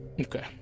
Okay